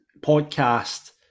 podcast